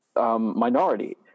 Minority